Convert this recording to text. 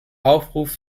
aufruf